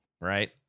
Right